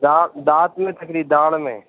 داڑھ دانت میں داڑھ میں